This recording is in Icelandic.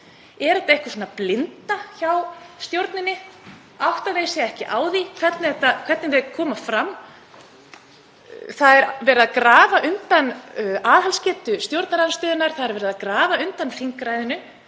Er þetta einhvers konar blinda hjá stjórninni? Átta þau sig ekki á því hvernig þau koma fram? Hér er verið að grafa undan aðhaldsgetu stjórnarandstöðunnar. Verið er að grafa undan þingræðinu